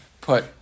put